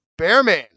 Bearman